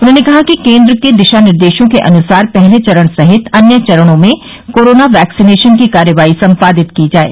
उन्होंने कहा कि केन्द्र के दिशा निर्देशों के अनुसार पहले चरण सहित अन्य चरणों में कोरोना वैक्सीनेशन की कार्रवाई सम्पादित की जाये